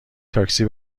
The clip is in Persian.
تاکسی